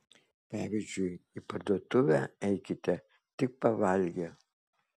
pavyzdžiui į parduotuvę eikite tik pavalgę